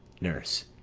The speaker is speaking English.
nurse.